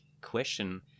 question